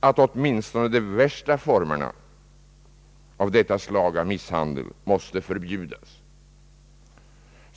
att åtminstone de värsta formerna av detta slag av misshandel måste förbjudas.